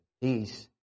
peace